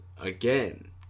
again